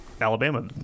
Alabama